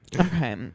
Okay